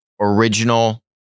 original